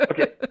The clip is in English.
Okay